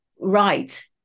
right